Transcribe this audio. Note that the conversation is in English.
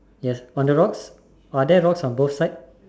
yes on the rocks are there rocks on both side